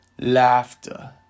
laughter